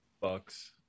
Bucks